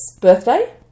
birthday